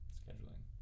scheduling